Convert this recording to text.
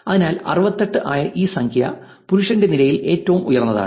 അതിനാൽ 68 ആയ ഈ സംഖ്യ പുരുഷന്റെ നിരയിലെ ഏറ്റവും ഉയർന്നതാണ്